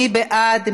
מי בעד?